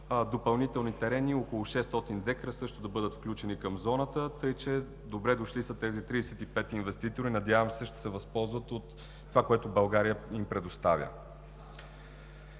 допълнителни терени около 600 дка също да бъдат включени към зоната, така че са добре дошли тези 35 инвеститори. Надявам се, че ще се възползват от това, което България им предоставя.